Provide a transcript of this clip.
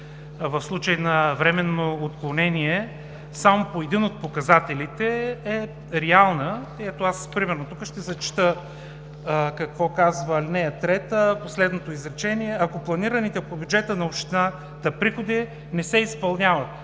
в случай на временно отклонение само по един от показателите е реална. Ще Ви зачета какво казва ал. 3, последното изречение: „ако планираните по бюджета на общината приходи не се изпълняват“.